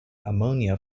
ammonia